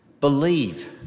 believe